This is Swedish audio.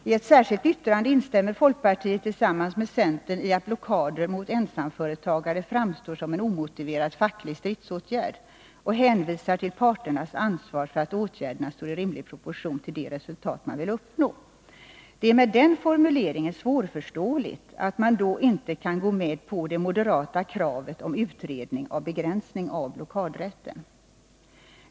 I ett särskilt yttrande instämmer folkpartiet tillsammans med centern i att blockader mot ensamföretagare framstår som en omotiverad facklig stridsåtgärd och hänvisar till parternas ansvar för att åtgärderna står i rimlig proportion till de resultat man vill uppnå. Det är med den formuleringen svårförståeligt att man då inte kan gå med på det moderata kravet på utredning av begränsning av blockadrätten.